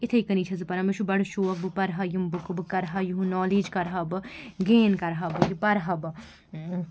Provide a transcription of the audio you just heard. یِتھٔے کٔنی چھیٚس بہٕ پَران مےٚ چھُ بَڑٕ شوق بہٕ پَرٕ ہا یِم بُکہٕ بہٕ کَرٕ ہا یِہُنٛد نوٛالیج کَرٕہا بہٕ گین کَرٕ ہا بہٕ یہِ پَرٕ ہا بہٕ ٲں